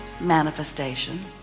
manifestation